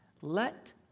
let